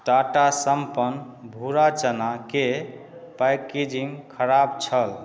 टाटा सम्पन्न भूरा चनाके पैकेजिन्ग खराब छल